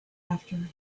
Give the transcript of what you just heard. after